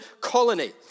colony